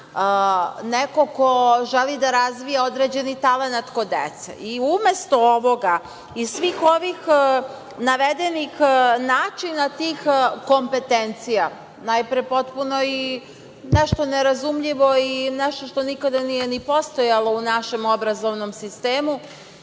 neko ko treba da razvija određeni talenat kod dece. Umesto ovoga i svih ovih navedenih načina tih kompetencija, najpre potpuno nešto nerazumljivo i nešto što nikada nije postojalo u našem obrazovnom sistemu,